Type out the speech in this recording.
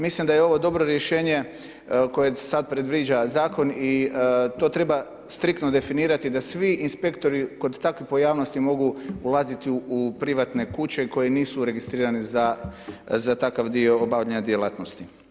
Mislim da je ovo dobro rješenje kojeg sad predviđa zakon i to treba striktno definirati da svi inspektori kod takvih pojavnosti mogu ulaziti u privatne kuće koje nisu registrirani za takav dio obavljanja djelatnosti.